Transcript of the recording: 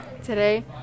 today